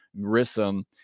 grissom